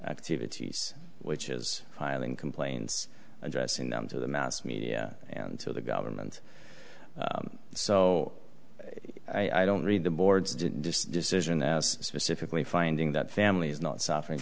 activities which is filing complaints addressing them to the mass media and to the government so i don't read the boards decision as specifically finding that family's not suffering